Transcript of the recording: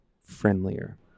friendlier